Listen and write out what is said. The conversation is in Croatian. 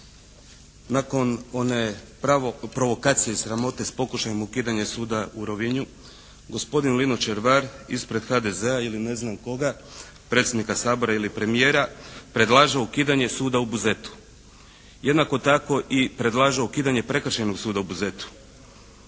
Nakon one provokacije i sramote s pokušajem ukidanja suda u Rovinju gospodin Lino Červar ispred HDZ-a ili ne znam koga predsjednika Sabora ili premijera predlaže ukidanje suda u Buzetu. Jednako tako i predlaže ukidanje prekršajnog suda u Buzetu.